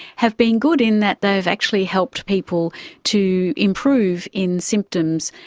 have been good in that they have actually helped people to improve in symptoms,